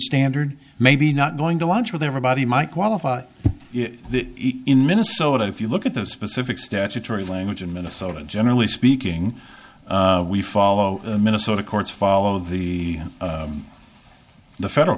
standard maybe not going to lunch with everybody might qualify in minnesota if you look at the specific statutory language in minnesota generally speaking we follow minnesota courts follow the the federal